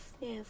yes